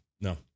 No